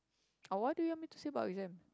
uh what do you want me to say about exam